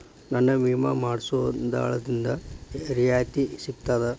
ನನ್ನ ವಿಮಾ ಮಾಡಿಸೊ ದಲ್ಲಾಳಿಂದ ರಿಯಾಯಿತಿ ಸಿಗ್ತದಾ?